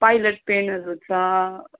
pilot पेनहरू छ